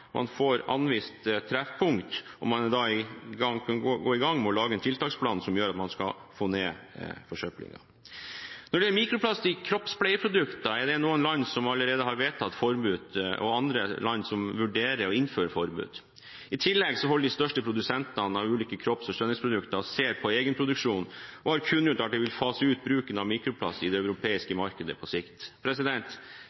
får anvist treffpunkt og da kan gå i gang med å lage en tiltaksplan som gjør at man skal få ned forsøplingen. Når det gjelder mikroplast i kroppspleieprodukter, er det noen land som allerede har vedtatt forbud, og andre land som vurderer å innføre forbud. I tillegg holder de største produsentene av ulike kropps- og skjønnhetsprodukter på å se på egen produksjon og har kunngjort at de vil fase ut bruken av mikroplast i det